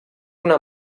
una